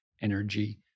energy